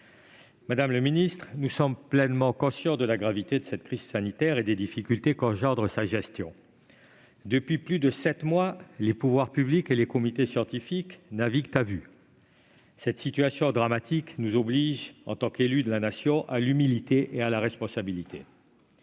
Madame la ministre, nous sommes pleinement conscients de la gravité de cette crise sanitaire et des difficultés qu'engendre sa gestion. Depuis plus de sept mois, les pouvoirs publics et les comités scientifiques naviguent à vue. Cette situation dramatique nous oblige, en tant qu'élus de la Nation, à l'humilité et à la responsabilité.